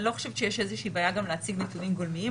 אני לא חושבת שיש איזושהי בעיה גם להציג נתונים גולמיים.